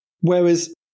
Whereas